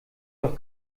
doch